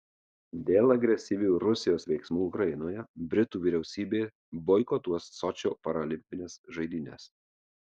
dėl agresyvių rusijos veiksmų ukrainoje britų vyriausybė boikotuos sočio paralimpines žaidynes